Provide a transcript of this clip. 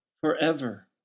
Forever